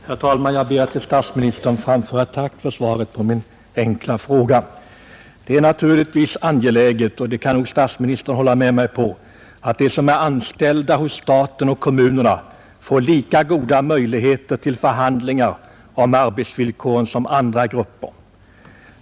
Herr talman! Jag ber att till herr statsministern få framföra ett tack för svaret på min enkla fråga. Det är naturligtvis angeläget — och det kan nog statsministern hålla med mig om — att de som är anställda hos staten och kommunerna får lika goda möjligheter till förhandlingar om arbetsvillkoren som andra gupper.